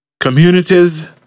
communities